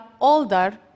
older